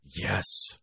Yes